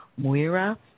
Muira